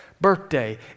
birthday